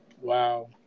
Wow